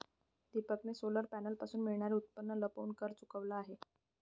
दीपकने सोलर पॅनलपासून मिळणारे उत्पन्न लपवून कर चुकवला आहे